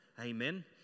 Amen